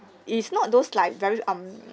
is not those like very um